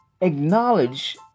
acknowledge